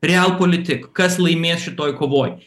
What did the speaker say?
realpolitik kas laimės šitoj kovoj